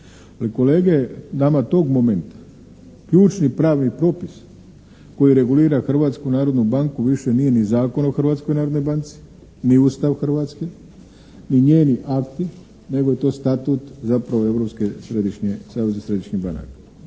kolege, nama tog momenta ključni pravni propis koji regulira Hrvatsku narodnu banku više nije ni Zakon o narodnoj banci, ni Ustav Hrvatske, ni njeni akti, nego je to Statut zapravo Europske središnje, Saveza središnjih banaka.